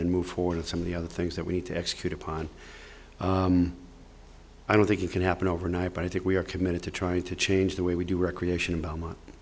then move forward with some of the other things that we need to execute upon i don't think you can happen overnight but i think we are committed to trying to change the way we do recreation in belmont